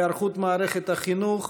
היערכות מערכת החינוך,